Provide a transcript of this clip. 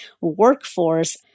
workforce